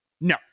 No